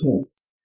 kids